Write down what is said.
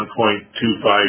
1.25